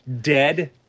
dead